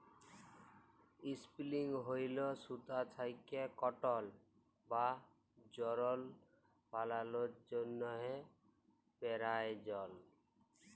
ইসপিলিং wheel সুতা থ্যাকে কটল বা যারল বালালোর জ্যনহে পেরায়জল